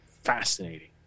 Fascinating